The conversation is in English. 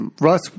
Russ